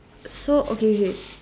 so okay okay